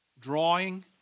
drawing